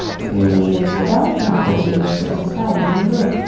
breathe into the belly. knuckles reach towards the sky. you're doing great.